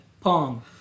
Pong